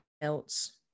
else